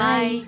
Bye